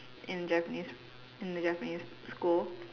in Japanese in the Japanese school